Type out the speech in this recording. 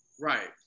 Right